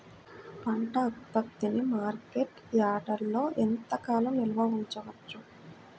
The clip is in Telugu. పంట ఉత్పత్తిని మార్కెట్ యార్డ్లలో ఎంతకాలం నిల్వ ఉంచవచ్చు?